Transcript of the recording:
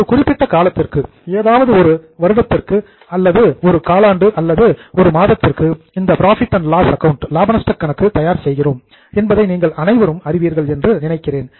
ஒரு குறிப்பிட்ட காலத்திற்கு ஏதாவது ஒரு வருடத்திற்கு அல்லது ஒரு காலாண்டு அல்லது ஒரு மாதத்திற்கு இந்த புரோஃபிட் அண்ட் லாஸ் ஆக்கவுண்ட் லாப நஷ்ட கணக்கு தயார் செய்கிறோம் என்பதை நீங்கள் அனைவருக்கும் அறிவீர்கள் என்று நினைக்கிறேன்